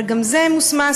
אבל גם זה מוסמס,